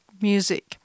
music